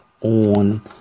on